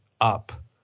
up